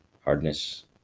hardness